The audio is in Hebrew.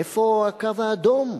איפה הקו האדום?